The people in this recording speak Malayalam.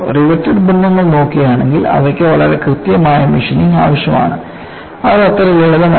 റിവറ്റഡ് ബന്ധങ്ങൾ നോക്കുകയാണെങ്കിൽ അവയ്ക്ക് വളരെ കൃത്യമായ മെഷീനിഗ് ആവശ്യമാണ് ഇത് അത്ര ലളിതമല്ല